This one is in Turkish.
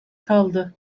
kaldı